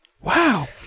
Wow